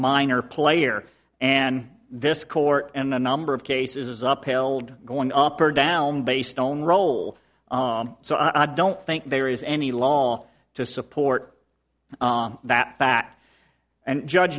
minor player and this court and a number of cases up killed going up or down based on role so i don't think there is any law to support that fact and judge